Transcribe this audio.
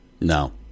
No